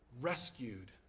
rescued